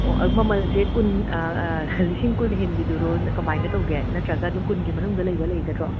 ꯑꯣ ꯃꯃꯜꯁꯦ ꯀꯨꯟ ꯂꯤꯁꯤꯡ ꯀꯨꯟ ꯍꯦꯟꯕꯤꯗꯨꯔꯣ ꯀꯃꯥꯏꯅ ꯇꯧꯒꯦ ꯅꯠꯇ꯭ꯔꯒ ꯑꯗꯨꯝ ꯀꯨꯟꯒꯤ ꯃꯅꯨꯡꯗ ꯂꯩꯕ ꯂꯩꯒꯗ꯭ꯔꯣ